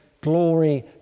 glory